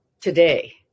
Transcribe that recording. today